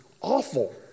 awful